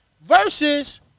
Versus